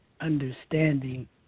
understanding